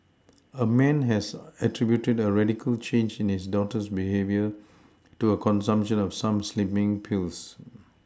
a man has attributed a radical change in his daughter's behaviour to her consumption of some slimming pills